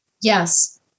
Yes